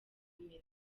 impeta